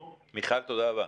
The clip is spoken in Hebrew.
מיכל, תודה רבה.